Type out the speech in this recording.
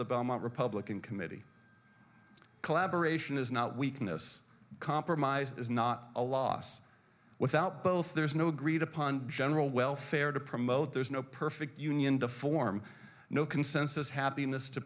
the belmont republican committee collaboration is not weakness compromise is not a loss without both there's no agreed upon general welfare to promote there's no perfect union to form no consensus happiness to